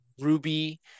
Ruby